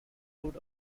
food